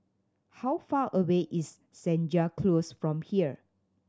how far away is Senja Close from here